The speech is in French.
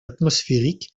atmosphérique